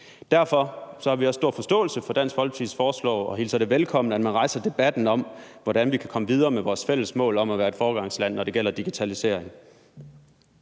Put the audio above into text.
Derfor har vi også stor forståelse for Dansk Folkepartis forslag og hilser det velkommen, at man rejser debatten om, hvordan vi kan komme videre med vores fælles mål om at være et foregangsland, når det gælder digitalisering.